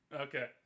Okay